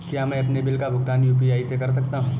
क्या मैं अपने बिल का भुगतान यू.पी.आई से कर सकता हूँ?